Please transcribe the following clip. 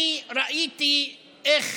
אני ראיתי איך